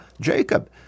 Jacob